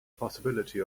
possibility